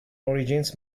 origins